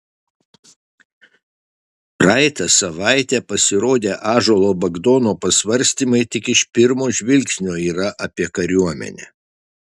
praeitą savaitę pasirodę ąžuolo bagdono pasvarstymai tik iš pirmo žvilgsnio yra apie kariuomenę